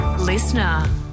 Listener